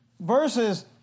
verses